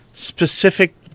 specific